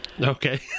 Okay